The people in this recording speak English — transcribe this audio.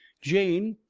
jane,